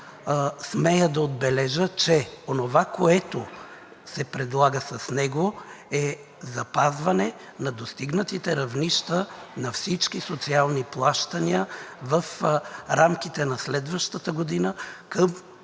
смея да отбележа, че онова, което се предлага с него, е запазване на достигнатите равнища на всички социални плащания в рамките на следващата година към